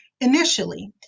initially